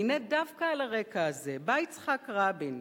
והנה, דווקא על הרקע הזה, בא יצחק רבין,